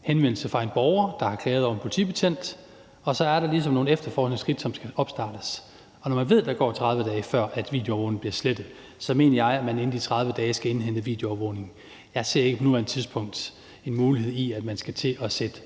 henvendelse fra en borger, der har klaget over en politibetjent, og så er der ligesom nogle efterforskningsskridt, som skal opstartes. Og når man ved, at der går 30 dage, før overvågningen bliver slettet, så mener jeg, at man inden for de 30 dage skal indhente videoovervågningen. Jeg ser ikke på nuværende tidspunkt en mulighed i, at man skal til at sætte